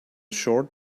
short